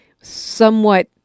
somewhat